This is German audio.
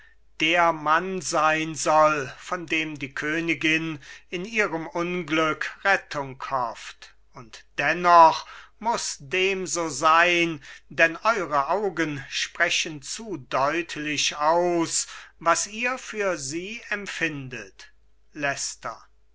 der mann sein soll von dem die königin in ihrem unglück rettung hofft und dennoch muß dem so sein denn eure augen sprechen zu deutlich aus was ihr für sie empfindet